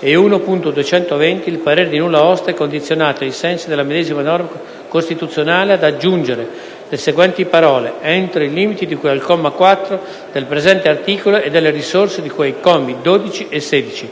e 1.220 il parere di nulla osta e condizionato, ai sensi della medesima norma costituzionale, ad aggiungere le seguenti parole: «entro i limiti di cui al comma 4 del presente articolo e delle risorse di cui ai commi 12 e 16».